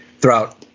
throughout